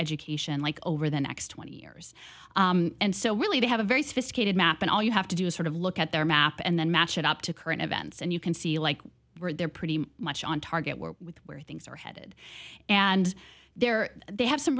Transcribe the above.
education like over the next twenty years and so really they have a very sophisticated map and all you have to do is sort of look at their map and then match it up to current events and you can see like where they're pretty much on target we're with where things are headed and they're they have some